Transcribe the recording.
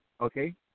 Okay